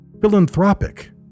Philanthropic